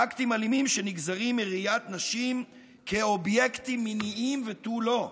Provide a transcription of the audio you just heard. אקטים אלימים שנגזרים מראיית נשים כאובייקטים מיניים ותו לא.